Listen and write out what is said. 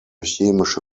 chemische